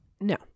no